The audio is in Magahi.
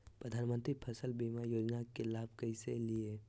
प्रधानमंत्री फसल बीमा योजना के लाभ कैसे लिये?